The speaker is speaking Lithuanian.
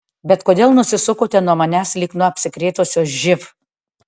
bet kodėl nusisukote nuo manęs lyg nuo apsikrėtusio živ